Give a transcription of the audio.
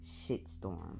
shitstorm